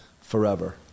forever